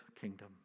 kingdom